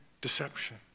deception